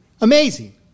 Amazing